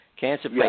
Cancer